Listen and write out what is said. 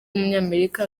w’umunyamerika